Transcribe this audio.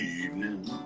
evening